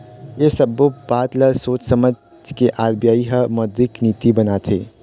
ऐ सब्बो बात ल सोझ समझ के आर.बी.आई ह मौद्रिक नीति बनाथे